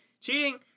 Cheating